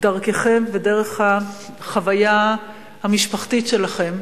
דרככם ודרך החוויה המשפחתית שלכם.